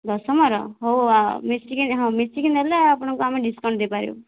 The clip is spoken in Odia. ଦଶମର ହେଉ ଆଉ ମିଶିକି ହଁ ମିଶିକି ନେଲେ ଆପଣଙ୍କୁ ଆମେ ଡିସ୍କାଉଣ୍ଟ ଦେଇ ପାରିବୁ